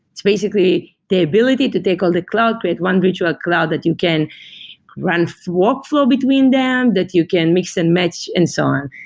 it's basically the ability to take all the cloud, create one virtual cloud that you can ran workflow between them, that you can mix and match and so on.